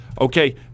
Okay